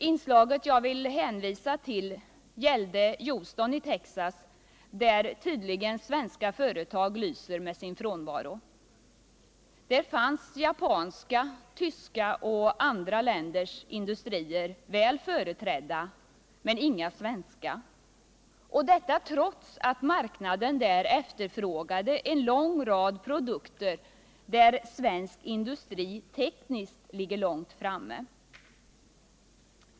Inslaget som jag vill hänvisa tll gällde Huston i Texas, där svenska företag tydligen lyser med sin frånvaro. Där fanns japanska, tyska och även andra länders industrier väl företrädda men inga svenska, detta trots att marknaden där efterfrågar en lång rad produkter där svensk industri tekniskt ligger långt framme.